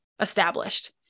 established